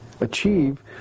achieve